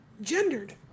gendered